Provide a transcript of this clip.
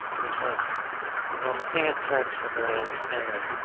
which was you know and looking at search and really understanding,